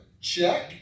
Check